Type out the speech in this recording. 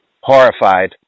horrified